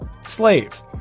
slave